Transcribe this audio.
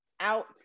out